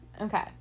Okay